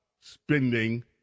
spending